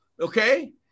Okay